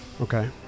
Okay